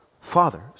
fathers